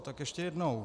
Tak ještě jednou.